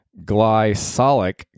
glycolic